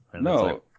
No